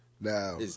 Now